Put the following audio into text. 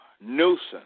nuisance